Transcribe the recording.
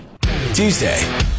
Tuesday